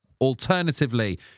Alternatively